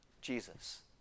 Jesus